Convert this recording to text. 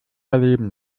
erleben